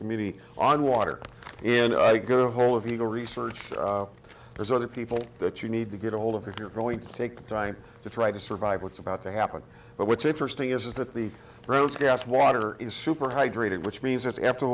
committee on water and i go to the whole of eagle research there's other people that you need to get a hold of if you're going to take the time to try to survive what's about to happen but what's interesting is that the roads gas water is super hydrated which means that after